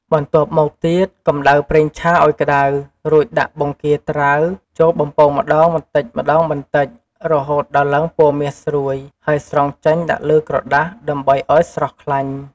បន្ទាប់មកទៀត កំដៅប្រេងឆាឱ្យក្តៅ រួចដាក់បង្គាត្រាវចូលបំពងម្តងបន្តិចៗរហូតដល់ឡើងពណ៌មាសស្រួយ ហើយស្រង់ចេញដាក់លើក្រដាស ដើម្បីឱ្យស្រស់ខ្លាញ់។